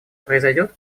произойдет